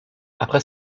après